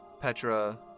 Petra